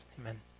Amen